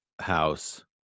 house